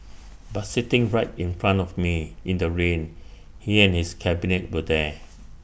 but sitting right in front of me in the rain he and his cabinet were there